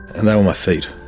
and they were my feet,